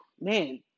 man